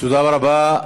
תודה רבה.